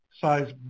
size